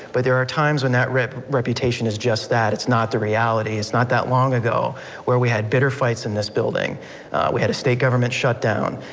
but there are times when that reputation is just that, it's not the reality, it's not that long ago where we had bitter fights in this building we had a state government shutdown,